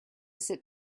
sit